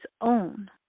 own